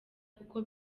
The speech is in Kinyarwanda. kuko